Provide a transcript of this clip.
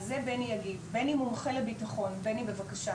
אז זה בני יגיד, בני מומחה לביטחון, בני בבקשה.